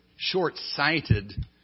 short-sighted